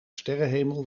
sterrenhemel